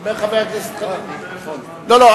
לא לא,